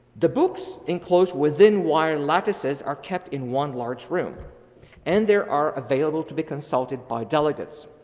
the books enclosed within wire lattices are kept in one large room and there are available to be consulted by delegates,